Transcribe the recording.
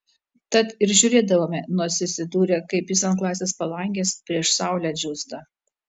tad ir žiūrėdavome nosis įdūrę kaip jis ant klasės palangės prieš saulę džiūsta